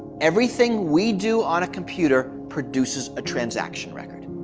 everything we do on a computer produces a transaction record.